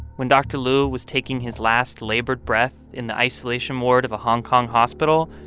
when dr. liu was taking his last labored breath in the isolation ward of a hong kong hospital,